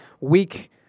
week